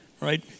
Right